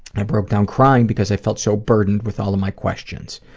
i broke down crying because i felt so burdened with all of my questions.